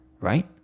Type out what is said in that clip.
right